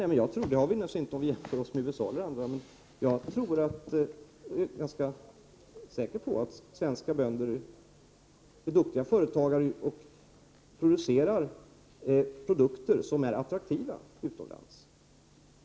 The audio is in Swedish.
Nej, det har vi naturligtvis inte jämfört med t.ex. USA. Däremot är jag ganska säker på att svenska bönder är duktiga företagare och att de producerar varor som är ganska attraktiva utomlands.